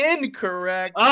incorrect